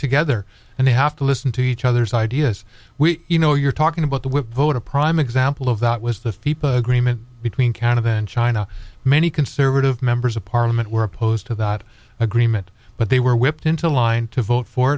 together and they have to listen to each other's ideas we you know you're talking about the whip vote a prime example of that was the fee per agreement between kind of bench i know many conservative members of parliament were opposed to that agreement but they were whipped into line to vote for